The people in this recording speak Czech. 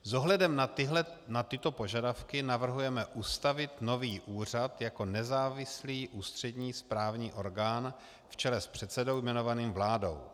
S ohledem na tyto požadavky navrhujeme ustavit nový úřad jako nezávislý ústřední správní orgán v čele s předsedou jmenovaným vládou.